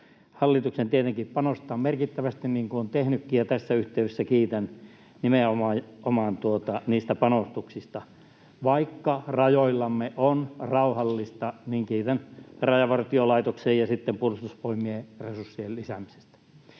hallituksen tietenkin panostaa merkittävästi, niin kuin on tehnytkin, ja tässä yhteydessä kiitän nimenomaan niistä panostuksista. Vaikka rajoillamme on rauhallista, niin kiitän Rajavartiolaitoksen ja Puolustusvoimien resurssien lisäämisestä.